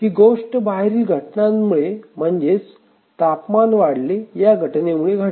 ही गोष्ट बाहेरील घटनेमुळे म्हणजेच तापमान वाढले या घटनेमुळे घडली